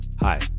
Hi